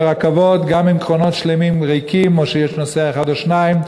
ורכבות עם קרונות שלמים ריקים או שיש בהם נוסע אחד או שניים.